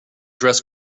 dress